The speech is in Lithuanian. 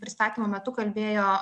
pristatymo metu kalbėjo